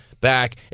back